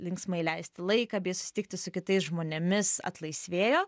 linksmai leisti laiką bei susitikti su kitais žmonėmis atlaisvėjo